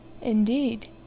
Indeed